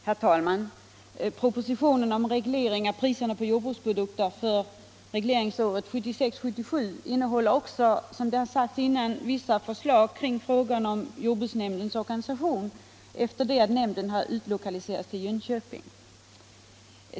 Herr talman! Propositionen om reglering av priserna på jordbruksprodukter för regleringsåret 1976/77 innehåller också, som tidigare sagts, vissa förslag kring frågan om jordbruksnämndens organisation efter det att nämnden utlokaliserats till Jönköping.